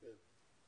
כן,